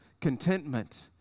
contentment